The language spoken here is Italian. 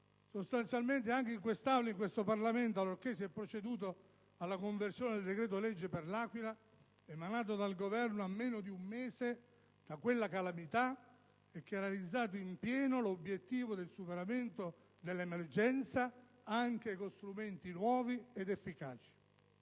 sostanzialmente anche in quest' Aula e in questo Parlamento, allorché si è proceduto alla conversione del decreto-legge per L'Aquila, emanato dal Governo a meno di un mese da quella calamità, e che ha realizzato in pieno l'obiettivo del superamento dell'emergenza, anche con strumenti nuovi ed efficaci.